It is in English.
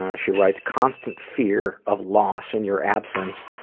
ah she writes constant fear of loss in your absence,